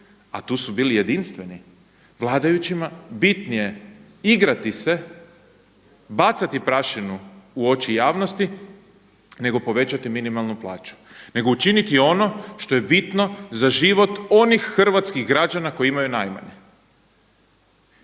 a tu su bili jedinstveni, vladajućima bitnije igrati se, bacati prašinu u oči javnosti nego povećati minimalnu plaću, nego učiniti ono što je bitno za život onih hrvatskih građana koji imaju najmanje.